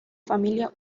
familia